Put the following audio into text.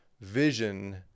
vision